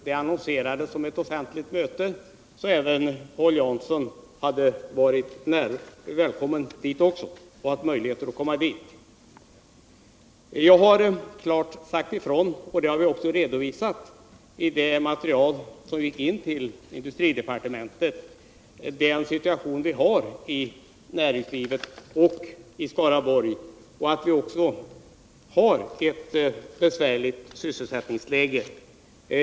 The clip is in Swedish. Det annonserades som ett sådant, så även Paul Jansson hade varit välkommen att delta. Jag har i mitt anförande här i dag klart redogjort för den situation som råder för näringslivet i Skaraborgs län liksom för att vi har ett besvärligt sysselsättningsläge.